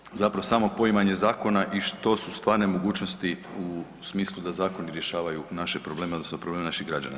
Prva je zapravo samo poimanje zakona i što su stvarne mogućnosti u smislu da zakoni rješavaju naše probleme odnosno probleme naših građana.